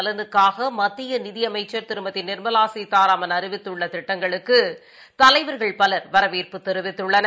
நலனுக்காகமத்தியநிதிஅமைச்சர் திருமதிநிர்மலாசீதாராமன் அறிவித்துள்ளதிட்டங்களுக்குதலைவர்கள் பலர் வரவேற்பு தெரிவித்துள்ளனர்